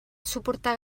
suportar